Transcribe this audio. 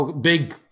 big